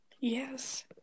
Yes